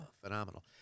phenomenal